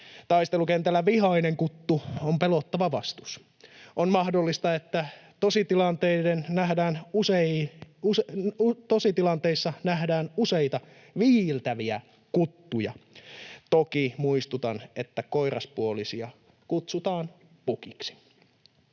Taistelukentällä vihainen kuttu on pelottava vastus. On mahdollista, että tositilanteissa nähdään useita viiltäviä kuttuja. Toki muistutan, että koiraspuolisia kutsutaan pukiksi.